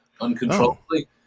uncontrollably